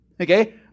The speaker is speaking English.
Okay